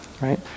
right